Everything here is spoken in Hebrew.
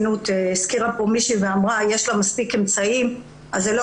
אמרה כאן מישהי שיש לה מספיק אמצעים אבל לא,